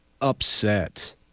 upset